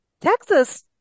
Texas